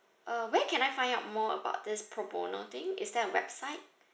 uh where can I find out more about this pro bono thing is there a website